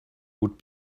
would